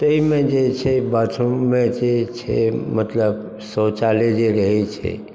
ताहिमे जे छै बाथरूममे अथी छै मतलब शौचालय जे रहै छै